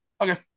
Okay